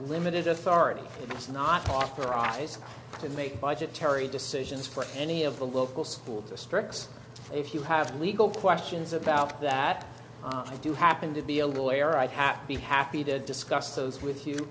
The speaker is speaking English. limited authority it's not authorized to make budgetary decisions for any of the local school districts if you have legal questions about that i do happen to be a lawyer i'd have to be happy to discuss those with you